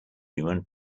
human